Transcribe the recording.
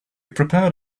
prepared